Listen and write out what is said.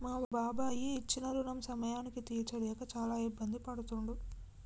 మా బాబాయి ఇచ్చిన రుణం సమయానికి తీర్చలేక చాలా ఇబ్బంది పడుతుండు